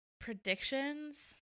predictions